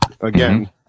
again